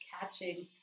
catching